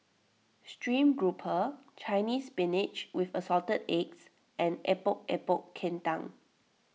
Stream Grouper Chinese Spinach with Assorted Eggs and Epok Epok Kentang